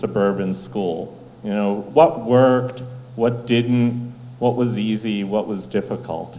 suburban school you know what were what did what was easy what was difficult